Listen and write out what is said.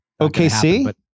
OKC